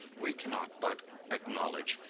we cannot but acknowledge,